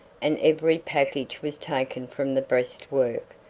and every package was taken from the breastwork,